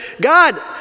God